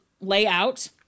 layout